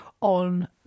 on